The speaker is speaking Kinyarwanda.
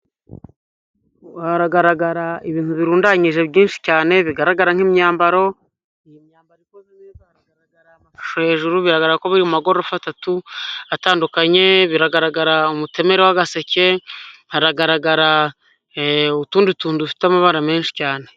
Haragaragara ibintu birundanyije byinshi cyane, bigaragara nk'imyambaro hejuru bigaragara ko biri mu magorofa atatu atandukanye. Biragaragara umuteme w'agaseke, haragaragara utundi tuntu dufite amabara menshi cyane.